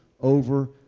over